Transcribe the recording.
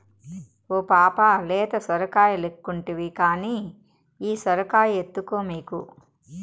ఓ పాపా లేత సొరకాయలెక్కుంటివి కానీ ఈ సొరకాయ ఎత్తుకో మీకు